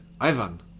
Ivan